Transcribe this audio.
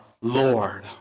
Lord